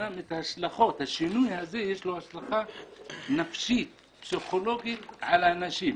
לשינוי הזה יש השלכה נפשית פסיכולוגית על האנשים.